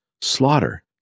slaughter